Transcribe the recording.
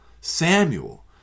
Samuel